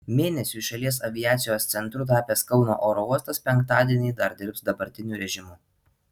mėnesiui šalies aviacijos centru tapęs kauno oro uostas penktadienį dar dirbs dabartiniu režimu